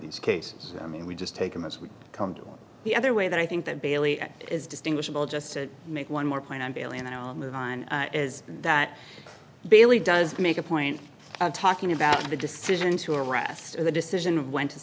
these cases i mean we just take them as we've come to the other way that i think that bailey is distinguishable just to make one more point on bailey and i'll move on is that bailey does make a point of talking about the decision to arrest the decision of when to